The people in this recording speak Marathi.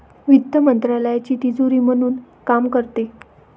वित्त मंत्रालयाची तिजोरी म्हणून काम करते